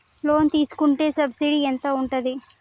Loan తీసుకుంటే subsidy ఎంత ఉంటది?